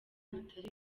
bitari